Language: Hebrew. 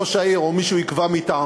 ראש העיר או מי שהוא יקבע מטעמו,